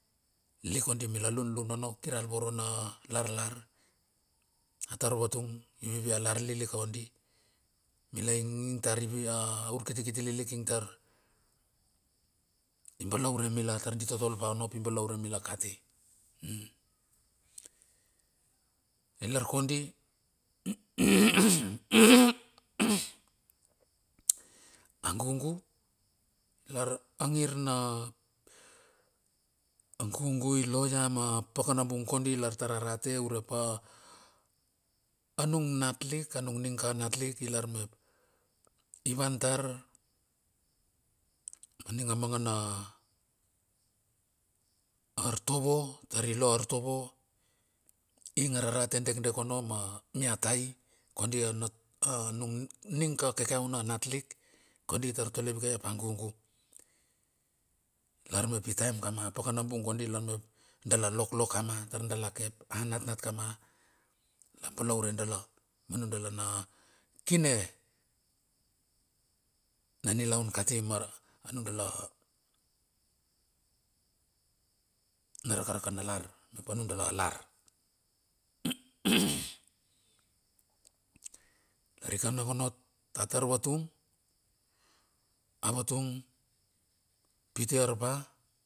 Liklik kondi mila lunlun ona kir al vorona, lar larlar. A tarvatang ivivia lar lilik a odi mila inging tar ivia urkitikiti lilik ing tar i balaure mila tar di totol paono ap i balaure mila kati. I lar kondi, a gugu, lar a ngir na gugu iloia ma pa kana bung kodi lartar arate urepa anungnat lik anung ning ka natlik. I lar mep, i van tar aning a manga na artovo tar ilo artovo ing ararate dekdek ona ma mia tai kondi a nat nung ning ka keke auna natlik kondi tar tale vikai agugu. Lar mepitaem kama paka nabung kondi lar mep dala loklok kama tar dala ke ap anatnat kama la balaure dala ma nundala na kine na nilaun kati ma anundala, na rakaraka na lar, na pa nudala lar. Lar i ka nongonot a tar vatung, arvatung pite arpa.